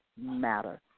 matter